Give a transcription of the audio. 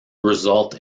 result